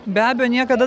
be abejo niekada